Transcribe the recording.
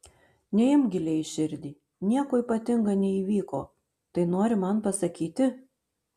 neimk giliai į širdį nieko ypatinga neįvyko tai nori man pasakyti